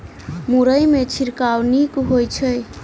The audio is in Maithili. मुरई मे छिड़काव नीक होइ छै?